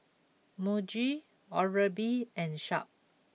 Muji Oral B and Sharp